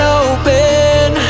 open